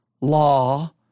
law